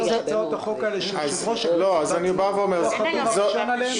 ההצעות החוק האלה שיושב-ראש הכנסת הוא החתום הראשון עליהן?